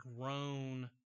grown